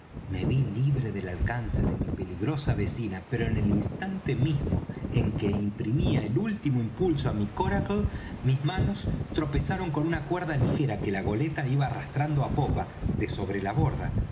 me ví libre del alcance de mi peligrosa vecina pero en el instante mismo en que imprimía el último impulso á mi coracle mis manos tropezaron con una cuerda ligera que la goleta iba arrastrando á popa de sobre la borda